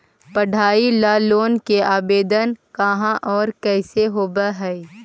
पढाई ल लोन के आवेदन कहा औ कैसे होब है?